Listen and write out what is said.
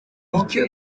icyo